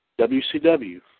WCW